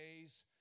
days